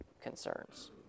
concerns